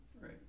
Right